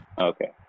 Okay